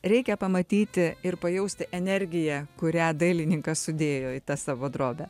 reikia pamatyti ir pajausti energiją kurią dailininkas sudėjo į tą savo drobę